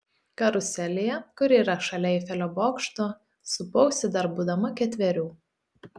karuselėje kuri yra šalia eifelio bokšto supausi dar būdama ketverių